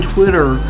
Twitter